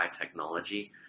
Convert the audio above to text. technology